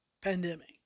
pandemic